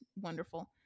wonderful